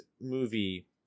movie